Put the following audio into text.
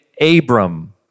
Abram